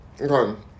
Okay